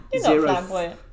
zero